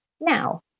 now